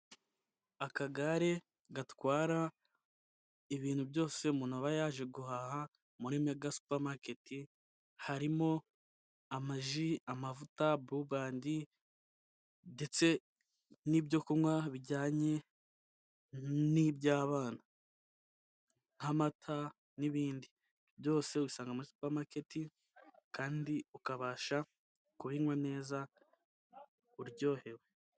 Akagare gatwara ibintu byose umuntu aba yaje guhaha muri Mega supamaketi, harimo ama ji, amavuta bulu bandi ndetse n'ibyokunywa bijyanye n'ibyabana nk'amata n'ibindi, byose ubisanga muri supamaketi kandi ukabasha kubinywa neza uryohewe.